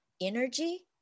energy